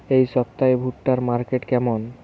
এই সপ্তাহে ভুট্টার মার্কেট কেমন?